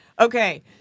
Okay